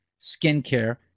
skincare